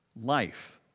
life